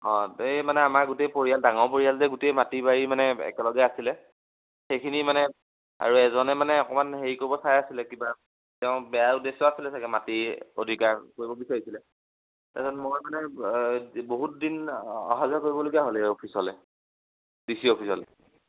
অঁ এই মানে আমাৰ গোটেই পৰিয়াল ডাঙৰ পৰিয়াল যে গোটেই মাটি বাৰী মানে একেলগে আছিলে সেইখিনি মানে আৰু এজনে মানে অকমান হেৰি কৰিব চাই আছিলে কিবা তেওঁ বেয়া উদ্দেশ্য আছিলে চাগে মাটি অধিকাৰ কৰিব বিচাৰিছিলে তাৰপিছত মই মানে বহুত দিন অহা যোৱা কৰিবলগীয়া হ'ল এই অফিচলৈ ডি চি অফিচলৈ